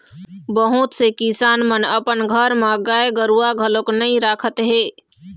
बहुत से किसान मन अपन घर म गाय गरूवा घलोक नइ राखत हे